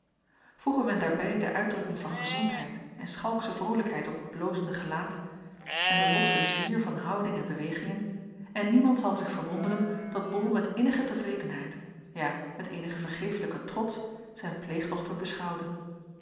voege men daarbij de uitdrukking van gezondheid en schalksche vrolijkheid op het blozende gelaat en den lossen zwier van houding en bewegingen en niemand zal zich verwonderen dat bol met innige tevredenheid ja met eenigen vergeeflijken trots zijn pleegdochter beschouwde